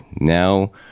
now